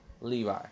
Levi